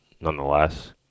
nonetheless